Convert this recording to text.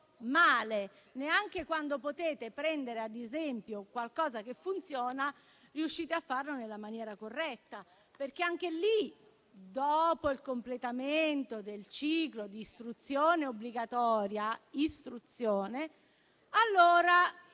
male: neanche quando potete prendere ad esempio qualcosa che funziona, riuscite a farlo nella maniera corretta. Anche in quel caso, infatti, dopo il completamento del ciclo di istruzione obbligatoria -